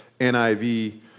NIV